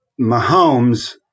Mahomes